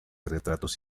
retratos